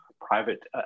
private